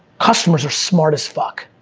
customers are smart as fuck.